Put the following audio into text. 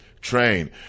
train